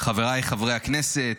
אדוני היושב-ראש, חבריי חברי הכנסת,